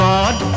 God